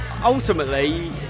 ultimately